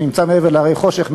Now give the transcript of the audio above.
שנמצא מעבר להרי החושך,